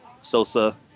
Sosa